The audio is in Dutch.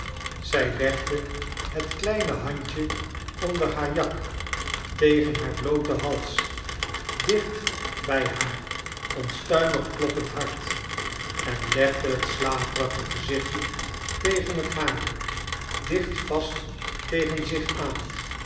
zij legde het kleine handje onder haar jak tegen haar blooten hals dioht bij haar onstuimig kloppend hart en legde het slaperige gezichtje tegen het hare dicht vast tegen zich aan